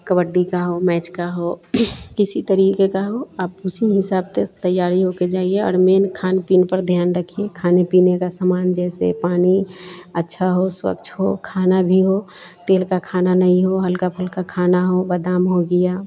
कबड्डी का हो मैच का हो किसी तरीक़े का हो आप उसी हिसाब से तैयार होकर जाइए और मेन खान पीन पर ध्यान रखिए खाने पीने का सामान जैसे पानी अच्छा हो स्वच्छ हो खाना भी हो तेल का खाना नहीं हो हल्का फुल्का खाना हो बदाम हो गया